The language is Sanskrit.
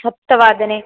सप्तवादने